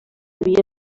deia